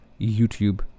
YouTube